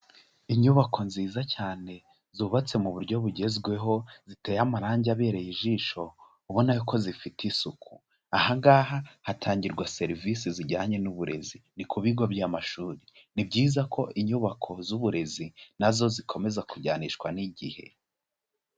Inyubako nziza cyane zubatse mu buryo bugezweho ziteye amarangi abereye ijisho, ubona yuko zifite isuku, aha ngaha hatangirwa serivisi zijyanye n'uburezi, ni ku bigo by'amashuri. Ni byiza ko inyubako z'uburezi na zo zikomeza kujyanishwa n'igihe.